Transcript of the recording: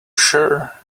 sure